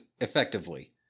effectively